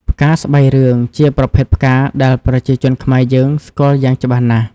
ផ្កាស្បៃរឿងជាប្រភេទផ្កាដែលប្រជាជនខ្មែរយើងស្គាល់យ៉ាងច្បាស់ណាស់។